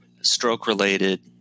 stroke-related